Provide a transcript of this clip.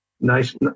nice